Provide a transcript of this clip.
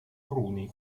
cruni